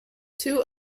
two